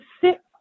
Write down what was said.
sit